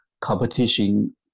competition